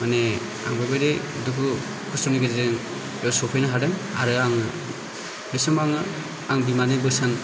मानि आं बे बायदि दुखु सुखुनि गेजेरजों बेयाव सफैनो हादों आरो आंङो बे समाव आंङो बिमानि बोसोन